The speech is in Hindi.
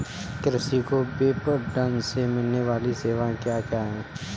कृषि को विपणन से मिलने वाली सेवाएँ क्या क्या है